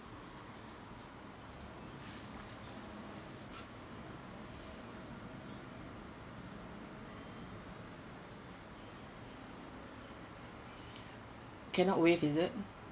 cannot waive is it